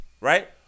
right